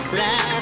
last